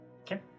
Okay